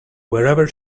wherever